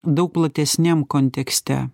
daug platesniam kontekste